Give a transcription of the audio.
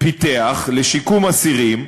פיתח לשיקום אסירים,